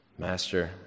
Master